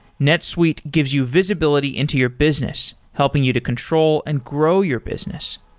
netsuite gives you visibility into your business, helping you to control and grow your business.